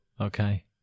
Okay